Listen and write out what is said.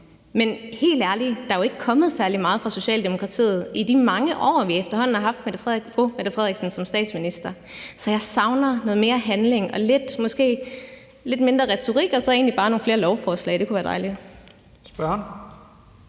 men helt ærligt, der er jo ikke kommet særlig meget fra Socialdemokratiet i de mange år, vi efterhånden har haft statsministeren som statsminister. Så jeg savner noget mere handling, måske lidt mindre retorik og så egentlig bare nogle flere lovforslag. Det kunne være dejligt.